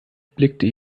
blickte